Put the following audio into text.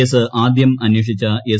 case ആദ്യം അന്വേഷിച്ച S